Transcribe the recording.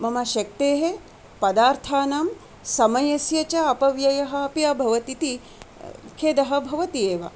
मम शक्तेः पदार्थानां समयस्य च अपव्ययः अपि अभवत् इति खेदः भवति एव